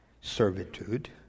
servitude